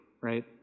right